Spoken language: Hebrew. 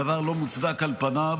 דבר לא מוצדק על פניו,